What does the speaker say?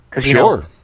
Sure